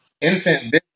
infant